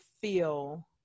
feel